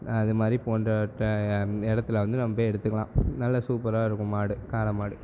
அது மாதிரி போன்ற இடத்துல வந்து நம்ப போய் எடுத்துக்கலாம் நல்ல சூப்பராக இருக்கும் மாடு காளை மாடு